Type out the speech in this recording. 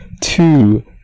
two